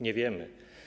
Nie wiemy.